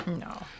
No